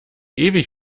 ewig